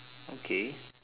okay